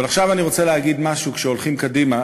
אבל עכשיו אני רוצה להגיד משהו כשהולכים קדימה,